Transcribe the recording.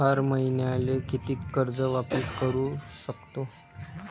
हर मईन्याले कितीक कर्ज वापिस करू सकतो?